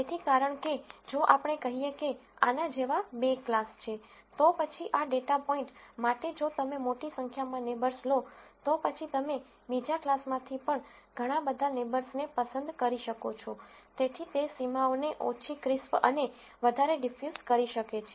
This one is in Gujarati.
તેથી કારણ કે જો આપણે કહીએ કે આના જેવા બે ક્લાસ છે તો પછી આ ડેટા પોઈન્ટ માટે જો તમે મોટી સંખ્યામાં નેબર્સ લો તો પછી તમે બીજા ક્લાસમાંથી પણ ઘણા નેબર્સ ને પસંદ કરી શકો છો જેથી તે સીમાઓને ઓછી ક્રિસ્પ અને વધારે ડીફયુસ કરી શકે છે